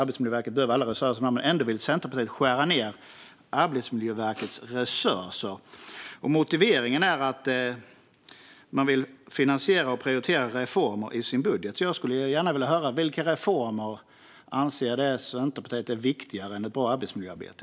Arbetsmiljöverket behöver alla resurser, men ändå vill Centerpartiet skära ned Arbetsmiljöverkets resurser. Motiveringen är att man vill finansiera och prioritera reformer i sin budget. Jag skulle gärna vilja höra vilka reformer Centerpartiet anser är viktigare än ett bra arbetsmiljöarbete.